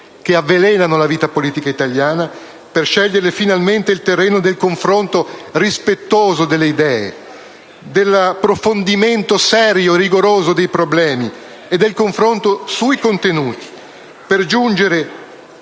che avvelenano la vita politica italiana, per scegliere finalmente il terreno del confronto rispettoso delle idee, dell'approfondimento serio e rigoroso dei problemi e del confronto sui contenuti, per giungere